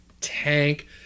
tank